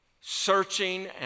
searching